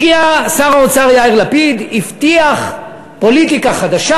הגיע שר האוצר יאיר לפיד, הבטיח פוליטיקה חדשה